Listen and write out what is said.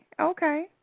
Okay